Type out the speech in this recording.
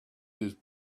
his